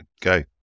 Go